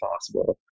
possible